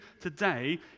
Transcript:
today